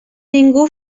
ningú